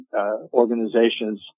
organizations